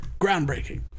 groundbreaking